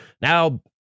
now